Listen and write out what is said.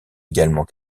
également